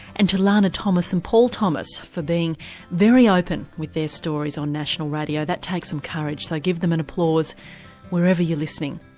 and to lana and paul thomas for being very open with their stories on national radio. that takes some courage, so give them an applause wherever you're listening.